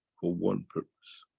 for one purpose,